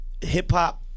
Hip-hop